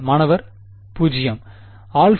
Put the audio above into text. மாணவர் 0 0